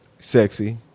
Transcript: Sexy